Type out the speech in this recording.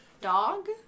Dog